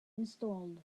installed